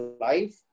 life